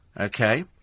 Okay